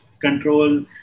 control